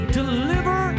deliver